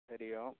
हरिः ओं